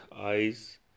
eyes